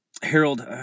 Harold